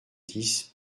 dix